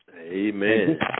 Amen